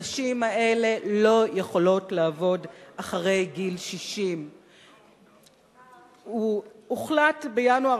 הנשים האלה לא יכולות לעבוד אחרי גיל 60. הוחלט בינואר